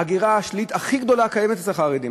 ההגירה השלילית הכי גדולה קיימת אצל החרדים.